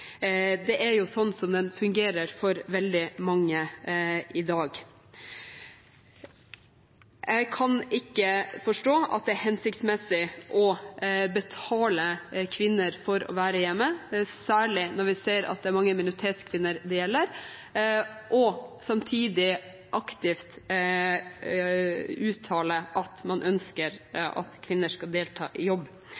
Det er jo sånn den fungerer for veldig mange i dag. Jeg kan ikke forstå at det er hensiktsmessig å betale kvinner for å være hjemme, særlig når vi ser at det er mange minoritetskvinner det gjelder, samtidig som man aktivt uttaler at man ønsker at kvinner skal delta i jobb.